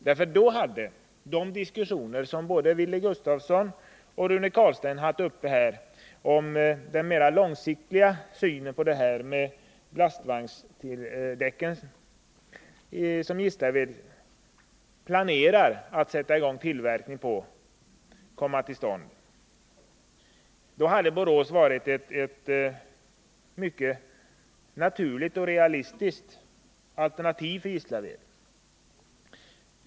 Då hade, som framgår av de resonemang som både Wilhelm Gustafsson och Rune Carlstein fört om den mera långsiktiga synen på den tillverkning av lastvagnsdäck som Gislaved planerar att sätta i gång, Borås varit ett mycket naturligt och realistiskt alternativ för Gislaved.